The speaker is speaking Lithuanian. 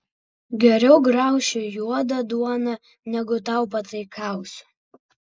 geriau graušiu juodą duoną negu tau pataikausiu